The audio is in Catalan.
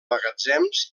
magatzems